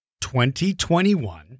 2021